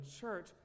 church